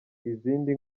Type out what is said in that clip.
izindi